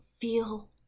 feel